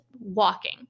walking